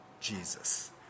Jesus